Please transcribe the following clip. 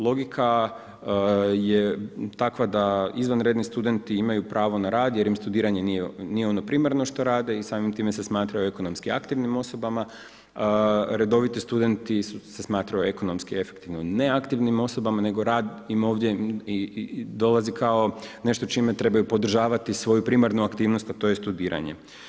Logika je takva da izvanredni studenti imaju pravo na rad jer im studiranje nije ono primarno što rade i samim time se smatraju ekonomski aktivnim osobama, redoviti studenti se smatraju ekonomski efektivno neaktivnim osobama, nego rad im ovdje i dolazi kao nešto čime trebaju podržavati svoju primarnu aktivnost, a to je studiranje.